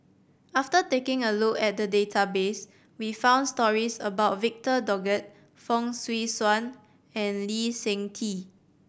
after taking a look at the database we found stories about Victor Doggett Fong Swee Suan and Lee Seng Tee